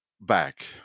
back